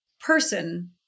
person